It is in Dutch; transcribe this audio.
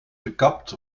gekapt